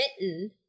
written